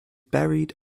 buried